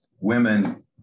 women